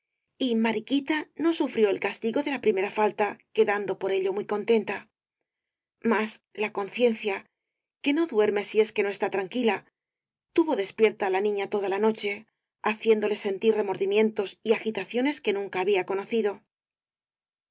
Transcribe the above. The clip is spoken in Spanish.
y mariquita no sufrió el castigo de la primera falta quedando por ello muy contenta mas la conciencia que no duerme si es que no está tranquila tuvo despierta á la niña toda la noche haciéndole sentir remordimientos y agitaciones que nunca había conocido